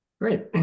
Great